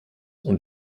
und